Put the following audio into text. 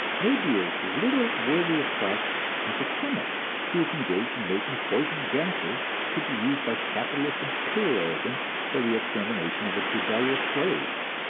may be as little worthy of trust as a chemist who is engaged in making poison gases to be used by capitalist imperialism for the extermination of its rebellious slaves.